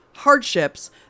Hardships